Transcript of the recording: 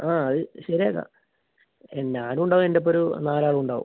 ആ അത് ശരിയാക്കാം ഞാനും ഉണ്ടാവും എൻ്റ ഒപ്പം ഒരു നാല് ആളും ഉണ്ടാവും